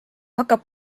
hakkab